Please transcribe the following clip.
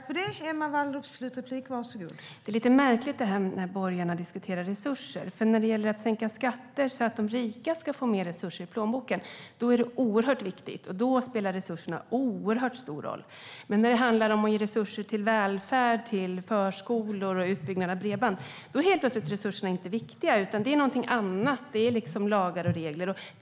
Fru talman! Det är lite märkligt hur borgarna diskuterar resurser. När det gäller att sänka skatter så att de rika ska få mer resurser i plånboken spelar resurserna oerhört stor roll. Men när det handlar om att ge resurser till välfärd, till förskolor och utbyggnad av bredband är resurserna helt plötsligt inte viktiga, utan då handlar det om lagar och regler.